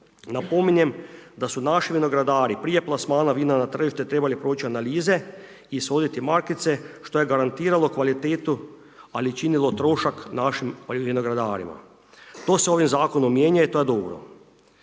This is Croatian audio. Napominjem, da su naši vinogradari, prije plasmana vina na tržište trebale proći analize ishoditi markice što je garantiralo kvalitetu ali trošak našim vinogradarima, to se ovim zakonom mijenja i to je dobro.